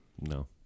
No